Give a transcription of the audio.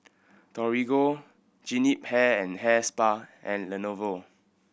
Torigo Jean Yip Hair and Hair Spa and Lenovo